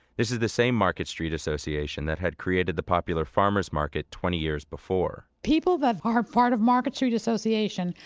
this is the same market street association that had created the popular farmers market twenty years before people that are part of market street association,